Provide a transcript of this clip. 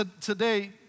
today